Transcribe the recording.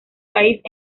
país